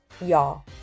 Y'all